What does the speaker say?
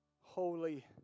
Holy